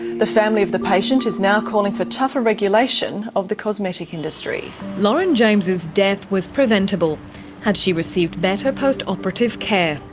the family of the patient is now calling for tougher regulation of the cosmetic industry. lauren james's death was preventable had she received better post-operative care.